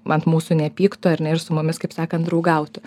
ant mūsų nepyktų ar ne ir su mumis kaip sakant draugautų